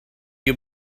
you